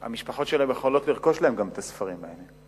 המשפחות שלהם יכולות לרכוש להם את הספרים האלה.